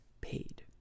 paid